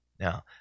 Now